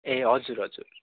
ए हजुर हजुर